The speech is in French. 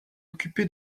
occupé